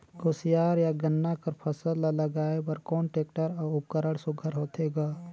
कोशियार या गन्ना कर फसल ल लगाय बर कोन टेक्टर अउ उपकरण सुघ्घर होथे ग?